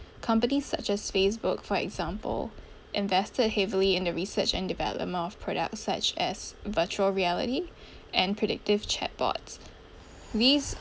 companies such as facebook for example invested heavily in the research and development of products such as virtual reality and predictive chatbots these